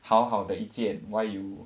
好好的一件 why you